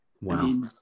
Wow